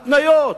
התניות,